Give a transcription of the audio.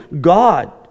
God